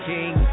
King